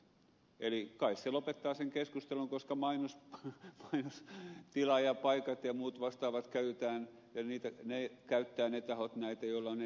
eli kai se lopettaa sen keskustelun koska mainostila ja paikat ja muut vastaavat käytetään ja ne tahot käyttävät näitä joilla on eniten rahaa